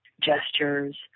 gestures